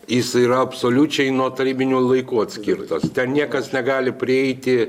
jis yra absoliučiai nuo tarybinių laikų atskirtas ten niekas negali prieiti